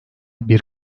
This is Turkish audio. bir